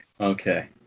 Okay